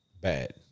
bad